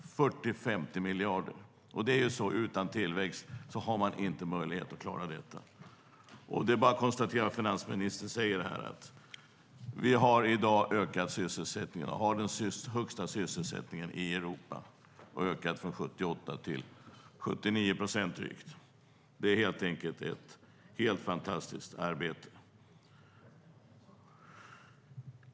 Utan tillväxt har man inte möjlighet att klara detta. Det är bara att konstatera. Finansministern säger här i dag att vi har ökat sysselsättningen och har den högsta sysselsättningen i Europa. Den har ökat från 78 procent till drygt 79 procent. Det är helt enkelt ett helt fantastiskt arbete.